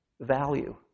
value